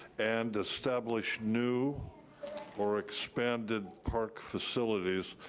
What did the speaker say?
and establish new or expanded park facilities.